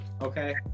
Okay